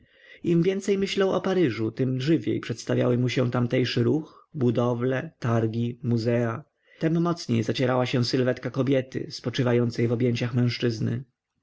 im więcej myślał o paryżu im żywiej przedstawiały mu się tamtejszy ruch budowle targi muzea tem mocniej zacierała się sylwetka kobiety spoczywającej w objęciach mężczyzny